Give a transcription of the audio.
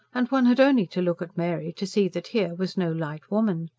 and one had only to look at mary to see that here was no light woman.